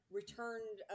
returned